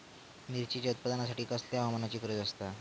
मिरचीच्या उत्पादनासाठी कसल्या हवामानाची गरज आसता?